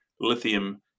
lithium